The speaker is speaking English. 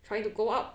trying to go up